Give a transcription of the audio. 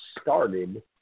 started –